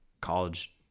college